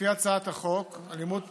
לפי הצעת החוק, אלימות